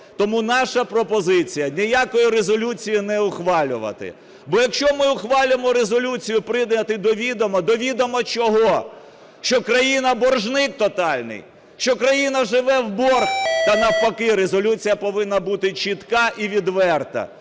Тому наша пропозиція. Ніякої резолюції не ухвалювати, бо якщо ми ухвалимо резолюцію прийняти до відома, до відома чого, що країна боржник тотальний? Що країна живе в борг? Та, навпаки, резолюція повинна бути чітка і відверта.